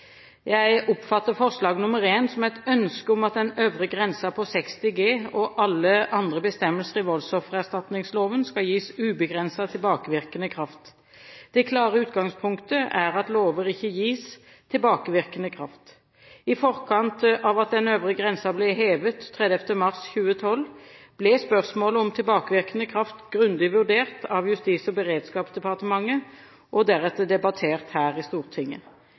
Jeg oppfatter forslag nr. 1 som et ønske om at den øvre grensen på 60 G og alle andre bestemmelser i voldsoffererstatningsloven skal gis ubegrenset tilbakevirkende kraft. Det klare utgangspunktet er at lover ikke gis tilbakevirkende kraft. I forkant av at den øvre grensen ble hevet 30. mars 2012, ble spørsmålet om tilbakevirkende kraft grundig vurdert av Justis- og beredskapsdepartementet og deretter debattert her i Stortinget.